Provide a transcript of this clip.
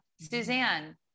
Suzanne